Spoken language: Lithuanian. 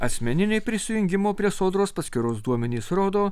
asmeniniai prisijungimo prie sodros paskyros duomenys rodo